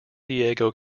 diego